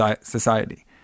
society